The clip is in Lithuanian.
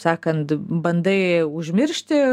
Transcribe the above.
sakand bandai užmiršti